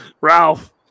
Ralph